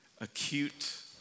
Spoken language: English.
acute